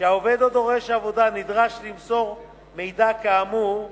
שהעובד או דורש העבודה נדרש למסור מידע כאמור.